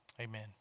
Amen